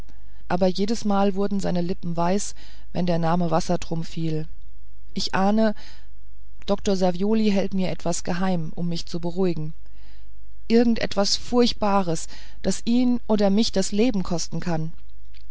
aber jedesmal wurden seine lippen weiß wenn der name wassertrum fiel ich ahne dr savioli hält mir etwas geheim um mich zu beruhigen irgend etwas furchtbares was ihn oder mich das leben kosten kann